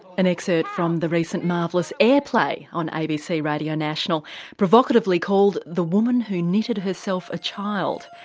an except from the recent marvellous airplay on abc radio national provocatively called the woman who knitted herself a child,